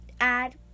add